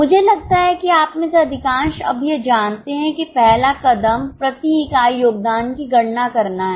मुझे लगता है कि आप में से अधिकांश अब यह जानते हैं कि पहला कदम प्रति इकाई योगदान की गणना करना है